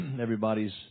everybody's